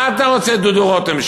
מה אתה רוצה, דודו רותם?